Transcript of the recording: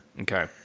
Okay